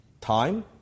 time